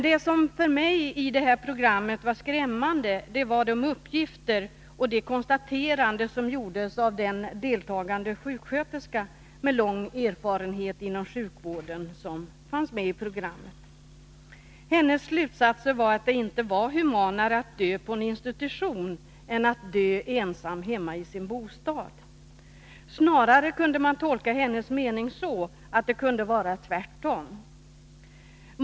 Det som för mig var skrämmande i programmet var de uppgifter som lämnades och de konstateranden som gjordes av den sjuksköterska med lång erfarenhet inom sjukvården som deltog i programmet. Hennes slutsatser var att det inte var humanare att dö på en institution än att dö ensam hemma i sin bostad. Snarare kunde man tolka hennes mening så, att det kunde vara tvärtom.